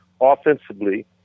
offensively